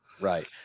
Right